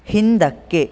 ಹಿಂದಕ್ಕೆ